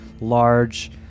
large